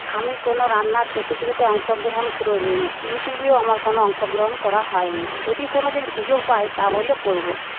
আমি কোনো রান্নার প্রতিযোগিতায় অংশগ্রহণ করিনি ইউটিউবেও আমার কোনও অংশগ্রহণ করা হয়নি যদি কোনো দিন সুযোগ পাই তাহলে করব